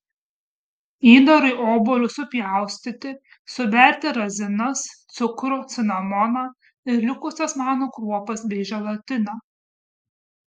įdarui obuolius supjaustyti suberti razinas cukrų cinamoną ir likusias manų kruopas bei želatiną